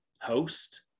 host